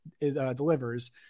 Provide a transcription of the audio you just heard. delivers